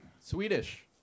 swedish